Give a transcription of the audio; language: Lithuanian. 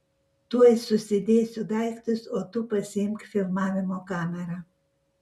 tuoj susidėsiu daiktus o tu pasiimk filmavimo kamerą